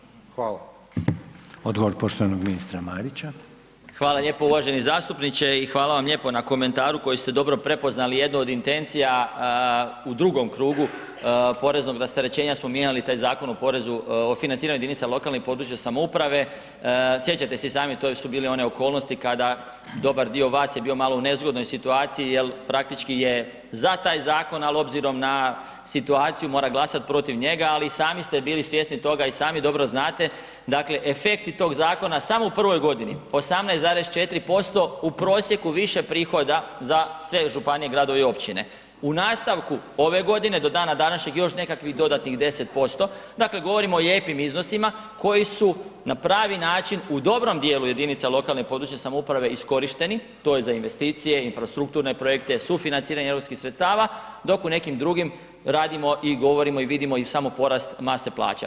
Hvala lijepo uvaženi zastupniče i hvala vam lijepo na komentaru koji ste dobro prepoznali, jednu od intencija u drugom krugu poreznog rasterećenja smo mijenjali taj Zakon o porezu, o financiranju jedinica lokalne i područne samouprave, sjećate se i sami, to su bile one okolnosti kada dobar dio vas je bio u malo nezgodnoj situaciji jel praktički je za taj zakon, al obzirom na situaciju mora glasat protiv njega, ali i sami ste bili svjesni toga i sami dobro znate, dakle efekti tog zakona samo u prvoj godini 18,4% u prosjeku više prihoda za sve županije, gradove i općine, u nastavku ove godine do dana današnjeg još nekakvih dodatnih 10%, dakle govorimo o lijepim iznosima koji su na pravi način u dobrom dijelu jedinica lokalne i područne samouprave iskorišteni, to je za investicije, infrastrukturne projekte, sufinanciranje europskih sredstava, dok u nekim drugim radimo i govorimo i vidimo i samo porast mase plaća.